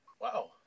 Wow